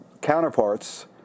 counterparts